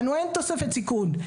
לנו אין תוספת סיכון.